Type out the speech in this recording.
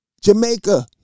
Jamaica